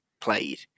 played